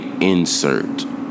insert